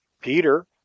Peter